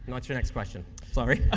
what's your next question? sorry,